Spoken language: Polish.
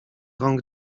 rąk